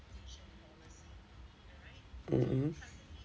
mmhmm